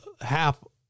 half